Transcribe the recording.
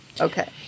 okay